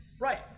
Right